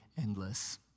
endless